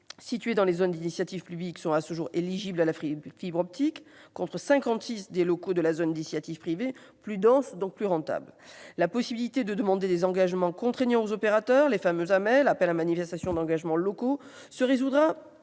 situés dans la zone d'initiative publique sont, à ce jour, éligibles à la fibre optique, contre 56 % des locaux de la zone d'initiative privée, plus dense, donc plus rentable. La possibilité de demander des engagements contraignants aux opérateurs, les fameux appels à manifestation d'engagements locaux, ou